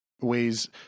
ways